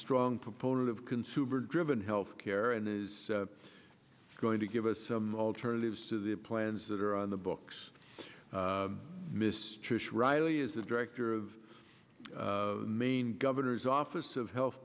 strong proponent of consumer driven health care and is going to give us some alternatives to the plans that are on the books mistress riley is the director of maine governor's office of health